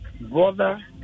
brother